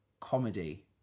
comedy